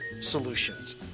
solutions